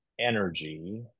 energy